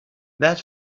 that